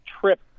trip